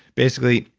basically,